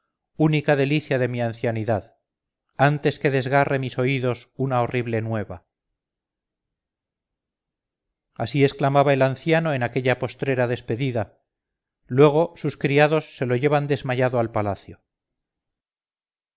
única delicia de mi ancianidad antes que desgarre mis oídos una horrible nueva así exclamaba el anciano en aquella postrera despedida luego sus criados se lo llevan desmayado al palacio